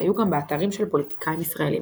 היו גם באתרים של פוליטיקאים ישראלים.